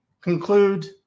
conclude